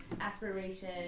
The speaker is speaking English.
aspiration